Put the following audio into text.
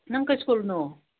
ꯅꯪ ꯀꯩ ꯁ꯭ꯀꯨꯜꯅꯣ